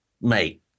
mate